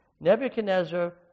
Nebuchadnezzar